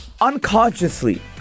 unconsciously